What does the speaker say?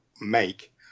make